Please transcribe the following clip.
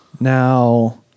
Now